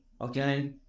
Okay